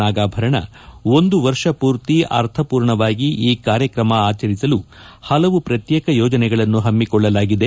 ನಾಗಾಭರಣ ಒಂದು ವರ್ಷ ಪೂರ್ತಿ ಅರ್ಥಪೂಣವಾಗಿ ಈ ಕಾರ್ಯಕ್ರಮ ಆಚರಿಸಲು ಪಲವು ಪ್ರತ್ಯೇಕ ಯೋಜನೆಗಳನ್ನು ಪಮ್ಮಿಕೊಳ್ಳಲಾಗಿದೆ